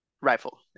rifle